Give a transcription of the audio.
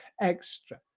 extra